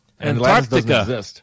Antarctica